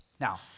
Now